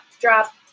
drop